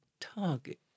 target